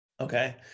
okay